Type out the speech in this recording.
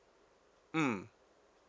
mm